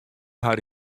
har